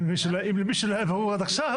אם למישהו לא היה ברור עד עכשיו.